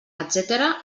etcètera